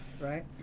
right